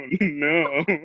no